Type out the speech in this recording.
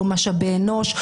לא משאבי אנוש,